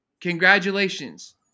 Congratulations